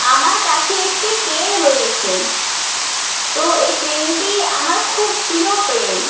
আমার কাছে একটি পেন রয়েছে তো এই পেনটি আমার খুব প্রিয় পেন